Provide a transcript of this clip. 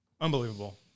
Unbelievable